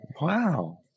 wow